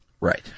Right